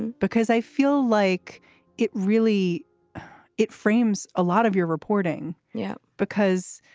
because i feel like it really it frames a lot of your reporting yeah. because